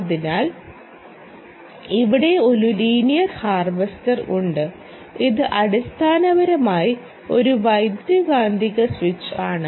അതിനാൽ ഇവിടെ ഒരു ലീനിയർ ഹാർവെസ്റ്റർ ഉണ്ട് ഇത് അടിസ്ഥാനപരമായി ഒരു വൈദ്യുതകാന്തിക സ്വിച്ച് ആണ്